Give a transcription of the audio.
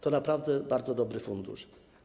To naprawdę bardzo dobry fundusz.